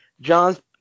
John's